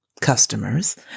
customers